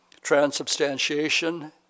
transubstantiation